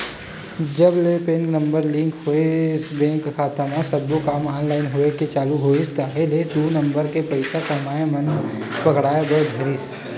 जब ले PAN number link होइस बेंक खाता म सब्बो काम ऑनलाइन होय के चालू होइस ताहले दू नंबर के पइसा कमइया मन पकड़ाय बर धरिस